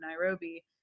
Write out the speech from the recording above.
Nairobi